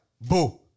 boo